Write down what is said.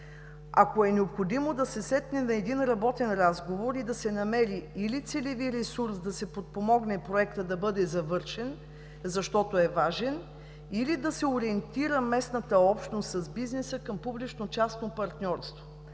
ако е необходимо да се седне на един работен разговор и да се намери или целеви ресурс да се подпомогне проектът да бъде завършен, защото е важен, или да се ориентира местната общност с бизнеса към публично-частно партньорство.